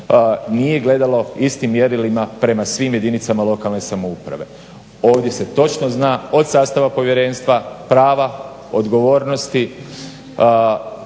nije gledalo istim mjerilima prema svim jedinicama lokalne samouprave. Ovdje se točno zna od sastava povjerenstva prava, odgovornosti